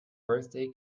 birthday